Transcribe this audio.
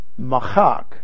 machak